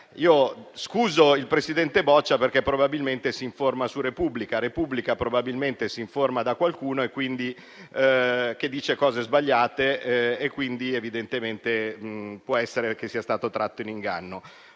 io scuso il presidente Boccia, perché probabilmente si informa su «la Repubblica» e quest'ultima probabilmente si informa da qualcuno che dice cose sbagliate; quindi evidentemente può essere che sia stato tratto in inganno.